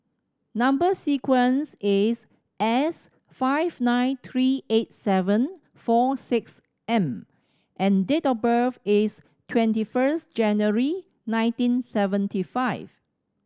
number sequence is S five nine three eight seven four six M and date of birth is twenty first January nineteen seventy five